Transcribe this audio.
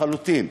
לחלוטין.